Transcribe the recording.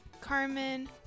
Carmen